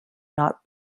not